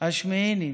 "השמיעיני".